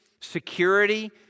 security